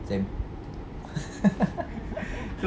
same